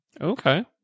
Okay